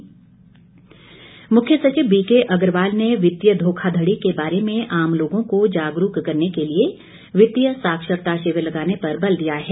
मुख्य सचिव मुख्य सचिव बीके अग्रवाल ने वितीय धोखाधड़ी के बारे में आम लोगों को जागरूक करने के लिए वितीय साक्षरता शिविर लगाने पर बल दिया है